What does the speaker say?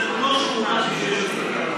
יש קושי עם ביקורים של